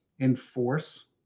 enforce